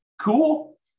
Cool